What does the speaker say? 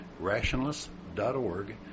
rationalists.org